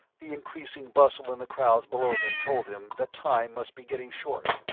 the increasing bustle in the crowds below them told him that time must be getting short.